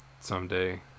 Someday